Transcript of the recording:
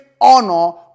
honor